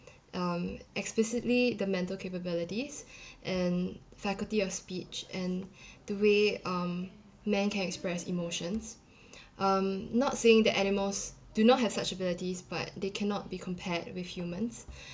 um explicitly the mental capabilities and faculty of speech and the way um man can express emotions um not saying the animals do not have such abilities but they cannot be compared with humans